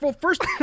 first